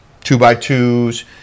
two-by-twos